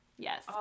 Yes